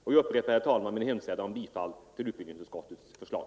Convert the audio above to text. Jag upprepar min hemställan om bifall till utbildningsutskottets förslag.